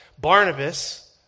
Barnabas